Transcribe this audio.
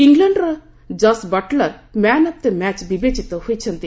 ଇଲଣ୍ଡର କସ୍ Buttler man of the match ବିବେଚିତ ହୋଇଛନ୍ତି